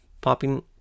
popping